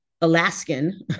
Alaskan